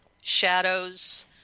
shadows